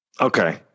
Okay